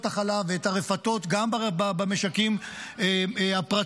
החלב ואת הרפתות גם במשקים הפרטיים,